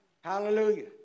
Hallelujah